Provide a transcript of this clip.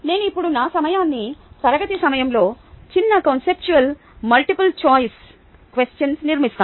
నేను ఇప్పుడు నా సమయాన్ని తరగతి సమయంలో చిన్న కాన్సెప్షుల్ మల్టిపుల్ చాయిస్ క్వెషన్స్ నిర్మిస్తాను